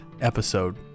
episode